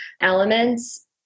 elements